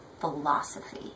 philosophy